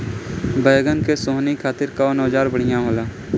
बैगन के सोहनी खातिर कौन औजार बढ़िया होला?